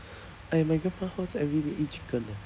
I at my girlfriend house everyday eat chicken eh